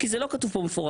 כי זה לא כתוב פה במפורש.